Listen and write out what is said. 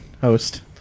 host